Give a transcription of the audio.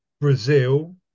Brazil